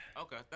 Okay